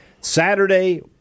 Saturday